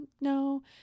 no